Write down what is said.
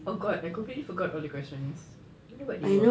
oh god I completely forgot all the questions I don't know what they want